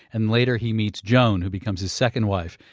and later he meets joan who becomes his second wife.